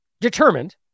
determined